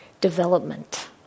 development